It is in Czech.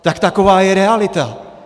Tak taková je realita.